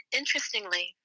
interestingly